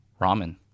ramen